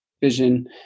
vision